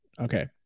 Okay